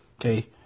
Okay